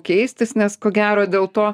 keistis nes ko gero dėl to